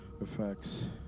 effects